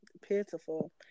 pitiful